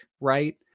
right